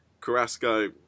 Carrasco